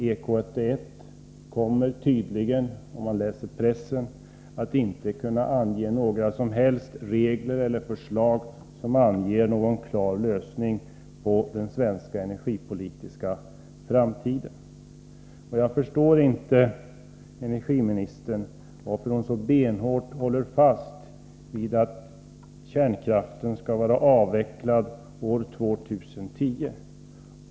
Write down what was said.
EK 81 kommer tydligen — det framgår om man läser pressen — inte att kunna ange några som helst regler eller förslag som innebär någon klar lösning för den svenska energipolitiska framtiden. Jag förstår inte varför energiministern så benhårt håller fast vid att kärnkraften skall vara avvecklad år 2010.